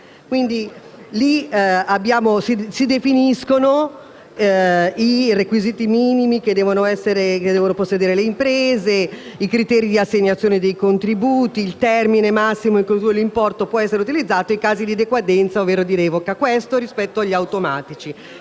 automatici, si definiscono i requisiti minimi che devono possedere le imprese, i criteri di assegnazione dei contributi, il termine massimo entro cui l’importo può essere utilizzato e i casi di decadenza ovvero di revoca. Quanto ai contributi selettivi,